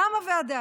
קמה ועדה.